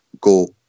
go